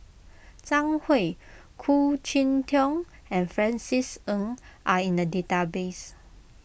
Zhang Hui Khoo Cheng Tiong and Francis Ng are in the database